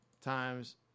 times